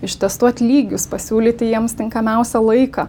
ištestuot lygius pasiūlyti jiems tinkamiausią laiką